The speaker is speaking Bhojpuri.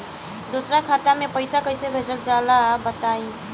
दोसरा खाता में पईसा कइसे भेजल जाला बताई?